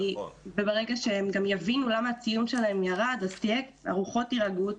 ברגע שהם יבינו למה הציון שלהם ירד אז הרוחות יירגעו,